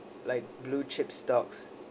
like blue chip stocks